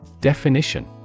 Definition